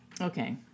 okay